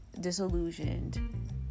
disillusioned